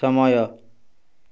ସମୟ